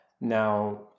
Now